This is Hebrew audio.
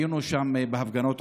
היינו שם בהפגנות,